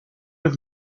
have